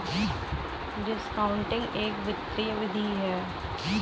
discounting एक वित्तीय विधि है